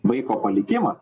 vaiko palikimas